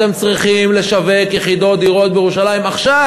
אתם צריכים לשווק יחידות, דירות, בירושלים עכשיו,